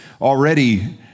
already